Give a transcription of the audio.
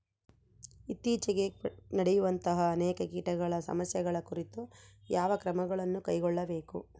ಇತ್ತೇಚಿಗೆ ನಡೆಯುವಂತಹ ಅನೇಕ ಕೇಟಗಳ ಸಮಸ್ಯೆಗಳ ಕುರಿತು ಯಾವ ಕ್ರಮಗಳನ್ನು ಕೈಗೊಳ್ಳಬೇಕು?